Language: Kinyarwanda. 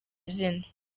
izina